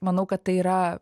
manau kad tai yra